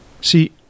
See